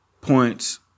points